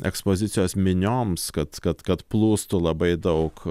ekspozicijos minioms kad kad kad plūstų labai daug